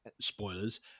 spoilers